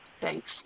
Thanks